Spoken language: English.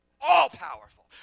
All-powerful